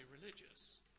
religious